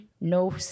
no